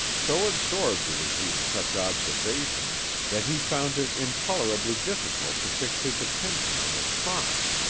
so absorbed was he in such observations that he found it intolerably difficult to fix his attention on the talk.